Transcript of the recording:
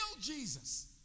Jesus